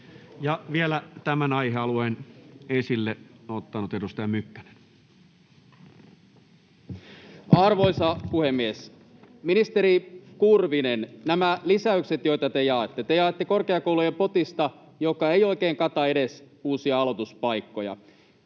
Mykkänen kok) Time: 16:51 Content: Arvoisa puhemies! Ministeri Kurvinen, nämä lisäykset, joita te jaatte, te jaatte korkeakoulujen potista, joka ei oikein kata edes uusia aloituspaikkoja.